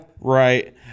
Right